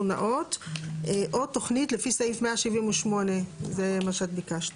נאות;"; או תוכנית לפי סעיף 178. זה מה שאת ביקשת,